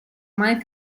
mai